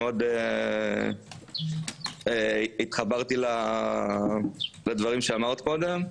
מאוד התחברתי לדברים שאמרת קודם.